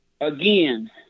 again